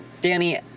Danny